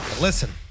Listen